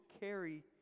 carry